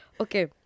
Okay